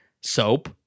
Soap